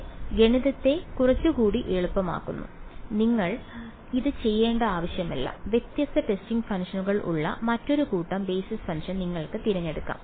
ഇത് ഗണിതത്തെ കുറച്ചുകൂടി എളുപ്പമാക്കുന്നു നിങ്ങൾ ഇത് ചെയ്യേണ്ട ആവശ്യമില്ല വ്യത്യസ്ത ടെസ്റ്റിംഗ് ഫംഗ്ഷനുകൾ ഉള്ള മറ്റൊരു കൂട്ടം ബേസിസ് ഫംഗ്ഷൻ നിങ്ങൾക്ക് തിരഞ്ഞെടുക്കാം